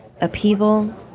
upheaval